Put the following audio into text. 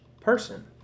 person